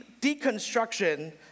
deconstruction